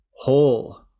whole